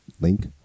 link